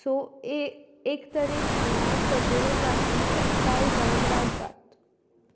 so ए एक तरेन हांगा सगळ्यो जाती एकठांय जावन रावतात